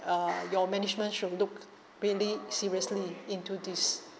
uh your management should look really seriously into this